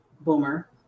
Boomer